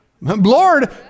Lord